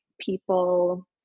people